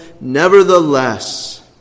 nevertheless